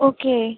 okay